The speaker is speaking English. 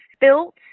built